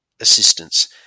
assistance